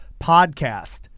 podcast